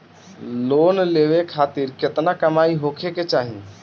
Loan लेवे खातिर केतना कमाई होखे के चाही?